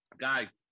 Guys